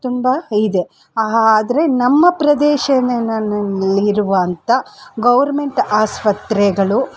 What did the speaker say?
ತುಂಬ ಇದೆ ಆದರೆ ನಮ್ಮ ಪ್ರದೇಶ ಇರುವಂಥ ಗೌರ್ಮೆಂಟ್ ಆಸ್ಪತ್ರೆಗಳು